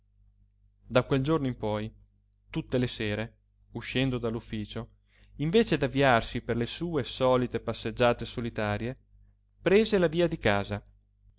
da quel giorno in poi tutte le sere uscendo dall'ufficio invece d'avviarsi per le sue solite passeggiate solitarie prese la via di casa